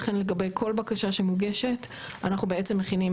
לגבי כל בקשה שמוגשת אנחנו בעצם מכינים